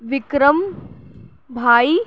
وکرم بھائی